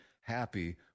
happy